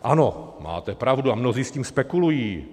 Ano, máte pravdu, a mnozí s tím spekulují.